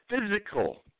physical